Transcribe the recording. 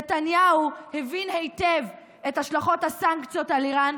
נתניהו הבין היטב את השלכות הסנקציות על איראן,